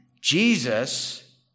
Jesus